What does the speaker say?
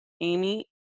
Amy